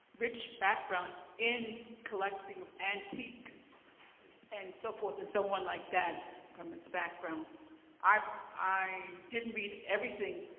rich background in collecting antiques and so forth. and someone like that from his background i i didn't read everything